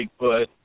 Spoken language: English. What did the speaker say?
Bigfoot